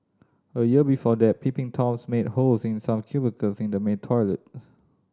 a year before that peeping Toms made holes in some cubicles in the male toilet